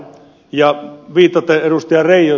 reijosen ja ed